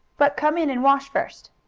but come in and wash first!